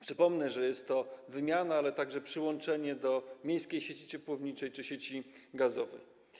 Przypomnę, że jest to wymiana, ale także przyłączenie do miejskiej sieci ciepłowniczej czy sieci gazowej.